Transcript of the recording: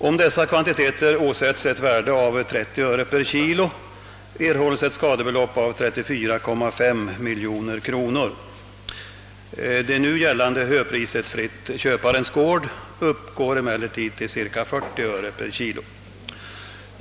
Om dessa kvantiteter åsättes ett värde av 30 öre per kg erhålles ett skadebelopp på 34,5 miljoner kronor. Det nu gällande höpriset, fritt köparens gård, uppgår emellertid till cirka 40 öre per kg.